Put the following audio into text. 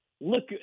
look